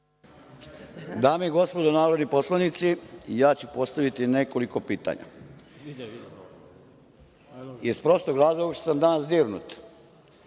Dame i gospodo narodni poslanici, ja ću postaviti nekoliko pitanja, iz prostog razloga što sam danas dirnut,